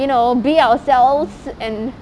you know be ourselves and